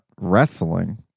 wrestling